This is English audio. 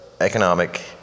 economic